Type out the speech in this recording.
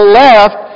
left